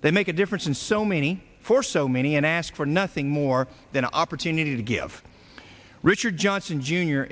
they make a difference and so many for so many and ask for nothing more than an opportunity to give richard johnson j